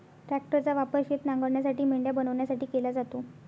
ट्रॅक्टरचा वापर शेत नांगरण्यासाठी, मेंढ्या बनवण्यासाठी केला जातो